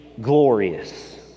glorious